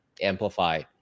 amplify